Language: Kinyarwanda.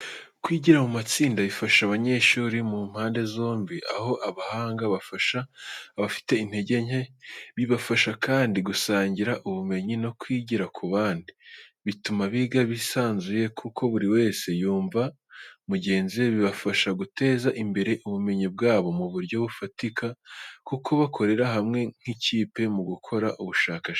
Kwigira mu matsinda bifasha abanyeshuri ku mpande zombi aho abahanga bafasha abafite intege nke, bibafasha kandi gusangira ubumenyi no kwigira ku bandi. Bituma biga bisanzuye kuko buri wese yumva mugenzi we. Bibafasha guteza imbere ubumenyi bwabo mu buryo bufatika kuko bakorera hamwe nk’ikipe mu gukora ubushakashatsi.